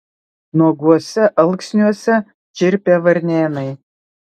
nuoguose alksniuose čirpė varnėnai